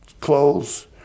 clothes